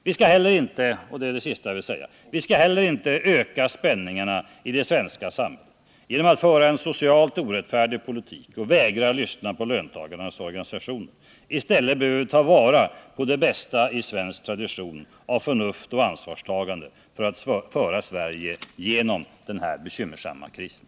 Vi skall till sist inte heller öka spänningarna i det svenska samhället genom att föra en socialt orättfärdig politik och vägra lyssna på löntagarorganisationerna. I stället bör vi ta vara på det bästa i svensk tradition av förnuft och ansvarstagande för att föra Sverige genom den här bekymmersamma krisen.